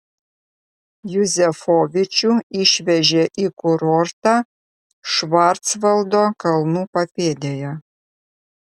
juzefovičių išvežė į kurortą švarcvaldo kalnų papėdėje